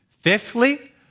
Fifthly